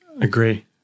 Agree